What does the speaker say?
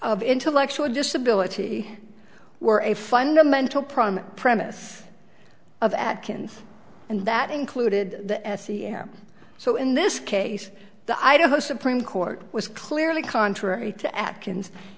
of intellectual disability were a fundamental problem premise of atkins and that included the s c m so in this case the idaho supreme court was clearly contrary to atkins